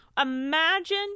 Imagine